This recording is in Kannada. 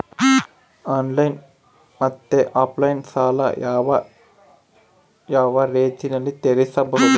ಆನ್ಲೈನ್ ಮತ್ತೆ ಆಫ್ಲೈನ್ ಸಾಲ ಯಾವ ಯಾವ ರೇತಿನಲ್ಲಿ ತೇರಿಸಬಹುದು?